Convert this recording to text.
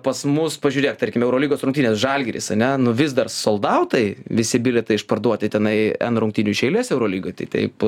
pas mus pažiūrėk tarkim eurolygos rungtynės žalgiris ane nu vis dar soldautai visi bilietai išparduoti tenai n rungtynių iš eilės eurolygoj tai taip